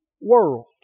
world